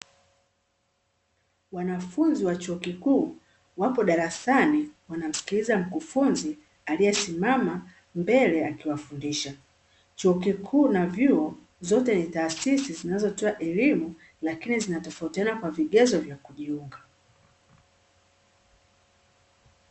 Wanafunzi wa chuo kikuu wapo darasa wanamsikiliza mkufunzi aliye simama mbele akiwafundisha. Chuo kikuu na vyuo zote ni taasisi zinazotoa elimu, lakini zinatofautiana kwa vigezo vyakujiunga.